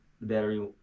battery